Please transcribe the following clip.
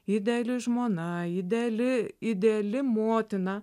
ideali žmona ideali ideali motina